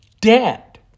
dead